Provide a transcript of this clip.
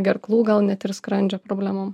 gerklų gal net ir skrandžio problemom